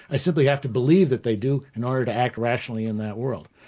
i simply have to believe that they do in order to act rationally in that world.